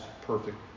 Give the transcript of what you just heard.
perfect